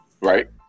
right